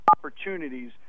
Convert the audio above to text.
opportunities –